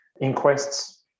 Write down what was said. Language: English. inquests